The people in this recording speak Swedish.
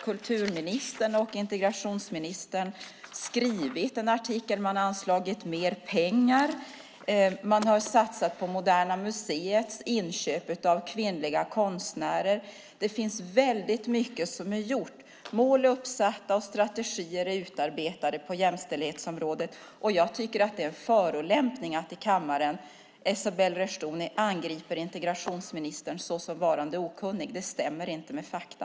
Kulturministern och integrationsministern har tillsammans skrivit en artikel. Mer pengar har också anslagits. Man har satsat på Moderna museets inköp av kvinnliga konstnärers verk. Väldigt mycket är gjort. Mål är uppsatta och strategier är utarbetade på jämställdhetsområdet. Jag tycker att det är en förolämpning att, som Esabelle Reshdouni gör, här i kammaren angripa integrationsministern såsom varande okunnig. Det stämmer inte med fakta.